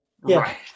Right